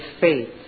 faith